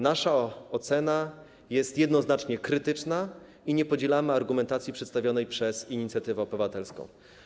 Nasza ocena jest jednoznacznie krytyczna i nie podzielamy argumentacji przedstawionej przez inicjatywę obywatelską.